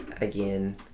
again